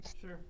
Sure